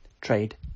trade